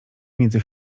między